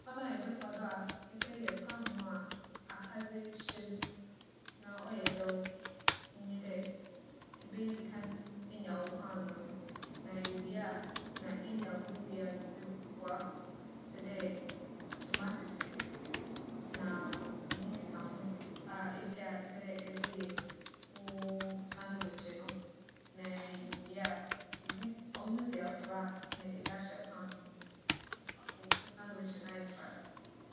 Kwan a yɛbɛfa do a yɛbɛyɛ paanoo a akadze hyɛ mu na ͻyɛ dɛw nye dɛ, ibedzi kan enya wo paanoo no. Na iwie a, na enya wo nduadzewa tse dɛ tomatsese na ho nkekaho a epɛ a - epɛ dɛ edze yɛ wo sandwekye no. Na iwie a, edze ͻno dzi afora a na edze ahyɛ paanoo no mu. Wo pa - wo sandwekye no ayɛ krado.